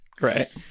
Right